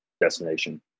destination